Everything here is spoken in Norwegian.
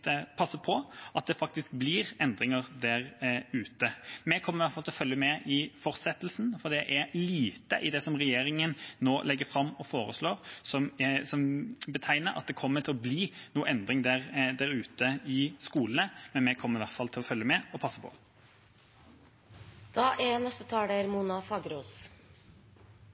passer på at det faktisk blir endringer der ute. Vi kommer i hvert fall til å følge med i fortsettelsen, for det er lite i det som regjeringa nå legger fram og foreslår, som tyder på at det kommer til å bli noen endring der ute i skolene. Vi kommer i hvert fall til å følge med og passe